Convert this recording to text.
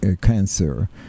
cancer